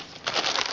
eteenpäin